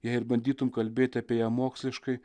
jei ir bandytum kalbėti apie ją moksliškai